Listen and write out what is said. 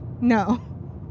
No